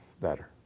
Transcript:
better